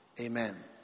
Amen